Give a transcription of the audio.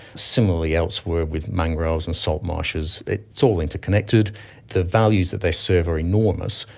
similarly elsewhere with mangroves and salt marshes. it's all interconnected. the values that they serve are enormous,